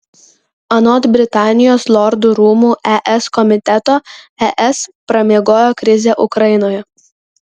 anot britanijos lordų rūmų es komiteto es pramiegojo krizę ukrainoje